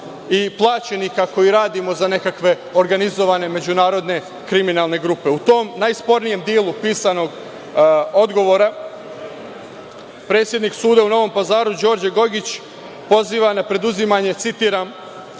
i plaćenika koji radimo za nekakve organizovane međunarodne kriminalne grupe.U tom najspornijem delu pisanog odgovora, predsednik suda u Novom Pazaru, Đorđe Gojgić, poziva na preduzimanje, citiram: